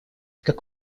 как